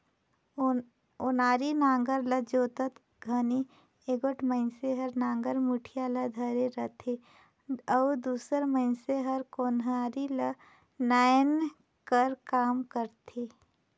ओनारी नांगर ल जोतत घनी एगोट मइनसे हर नागर मुठिया ल धरे रहथे अउ दूसर मइनसे हर ओन्हारी ल नाए कर काम करथे